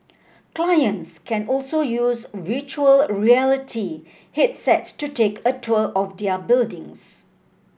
clients can also use virtual reality headsets to take a tour of their buildings